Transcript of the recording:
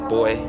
Boy